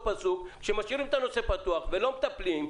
כשמשאירים את הנושא פתוח ולא מטפלים,